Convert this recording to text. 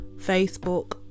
Facebook